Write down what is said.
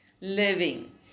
living